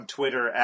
Twitter